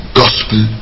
gospel